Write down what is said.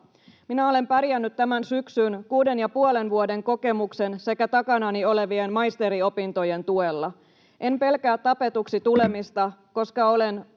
”Minä olen pärjännyt tämän syksyn 6,5 vuoden kokemuksen sekä takanani olevien maisteriopintojen tuella. En pelkää tapetuksi tulemista, koska olen